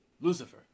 Lucifer